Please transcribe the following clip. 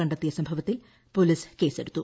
കണ്ടെത്തിയ സംഭവത്തിൽ പോലീസ് കേസെടുത്തു